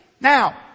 Now